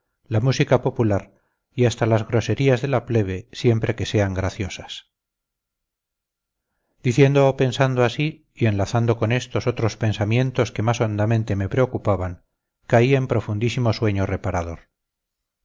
la música popular y hasta las groserías de la plebe siempre que sean graciosas diciendo o pensando así y enlazando con éstos otros pensamientos que más hondamente me preocupaban caí en profundísimo sueño reparador